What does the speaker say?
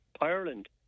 Ireland